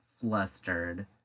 flustered